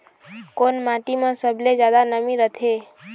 कोन माटी म सबले जादा नमी रथे?